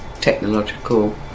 technological